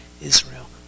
Israel